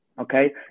Okay